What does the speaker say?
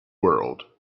world